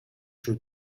шүү